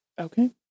Okay